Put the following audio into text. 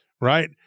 Right